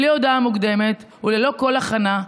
בלי הודעה מוקדמת וללא כל הכנה,